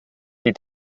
die